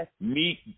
meet